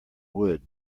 wood